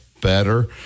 better